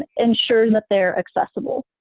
ensure that they're accessible.